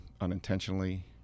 unintentionally